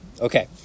Okay